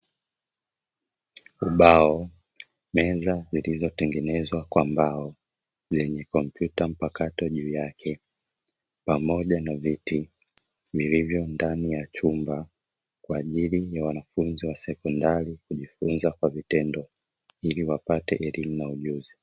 Ubao, meza zilizotengenezwa kwa mbao, zenye kompyuta mpakato juu yake pamoja na viti vilivyo ndani ya chumba, kwa ajili ya wanafunzi wa sekondari kujifunza kwa vitendo ili wapate elimu na ujuzi.